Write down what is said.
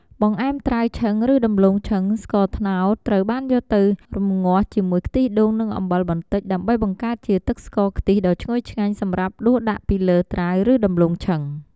បង្អែមត្រាវឆឹងឬដំឡូងឆឹង ស្ករត្នោតត្រូវបានយកទៅរំងាស់ជាមួយខ្ទិះដូងនិងអំបិលបន្តិច ដើម្បីបង្កើតជាទឹកស្ករខ្ទិះដ៏ឈ្ងុយឆ្ងាញ់សម្រាប់ដួសដាក់ពីលើត្រាវឬដំឡូងឆឹង។